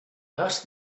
ask